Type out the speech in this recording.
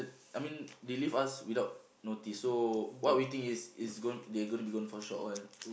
I mean they leave us without notice so what we think is is gon~ they are gonna be gone for a short while